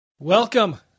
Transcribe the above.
Welcome